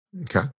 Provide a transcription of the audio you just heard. Okay